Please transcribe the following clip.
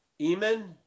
Eamon